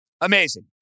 amazing